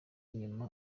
nyuma